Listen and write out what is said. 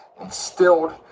instilled